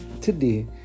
Today